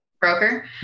Broker